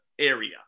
area